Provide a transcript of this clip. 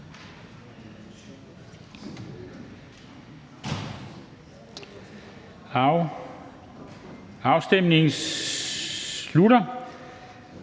Afstemningen slutter.